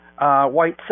white